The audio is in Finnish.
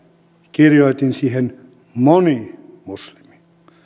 kirjoitin siihen moni muslimi